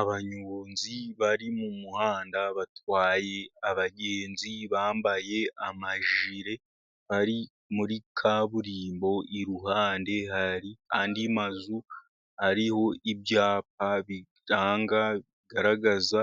Abanyonzi bari mu muhanda, batwaye abagenzi, bambaye amajire, bari muri kaburimbo, iruhande hari andi mazu ariho ibyapa, biranga bigaragaza